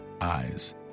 eyes